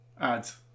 Ads